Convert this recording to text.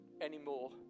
anymore